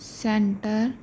centre